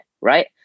right